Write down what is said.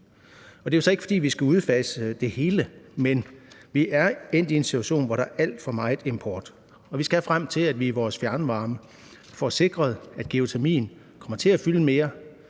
jo så ikke, fordi vi skal udfase det hele, men vi er endt i en situation, hvor der er alt for meget import, og vi skal frem til, at vi i vores fjernvarme får sikret, at geotermien kommer til at fylde mere